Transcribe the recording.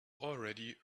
already